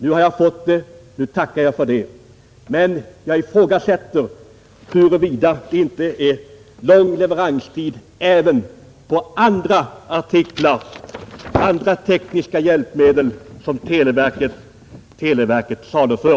Nu har jag fått det av kommunikationsministern, och jag tackar för det, men jag ifrågasätter huruvida det inte är lång leveranstid även på andra tekniska hjälpmedel som televerket saluför.